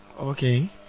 Okay